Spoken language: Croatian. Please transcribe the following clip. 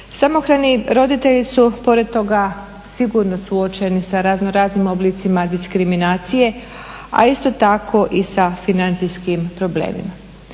Samohrani roditelji su pored toga sigurno suočeni sa razno raznim oblicima diskriminacije, a isto tako i sa financijskim problemima.